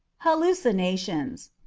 hallucinations.